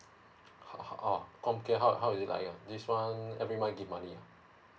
ho~ how ah complicate how how is it like ah this one every month I give money ah